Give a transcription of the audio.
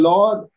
Lord